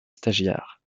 stagiaire